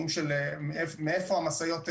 מאיפה המשאיות נוסעות,